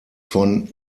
von